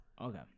Okay